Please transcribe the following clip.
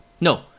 No